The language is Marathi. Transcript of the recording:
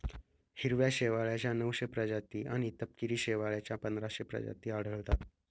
हिरव्या शेवाळाच्या नऊशे प्रजाती आणि तपकिरी शेवाळाच्या पंधराशे प्रजाती आढळतात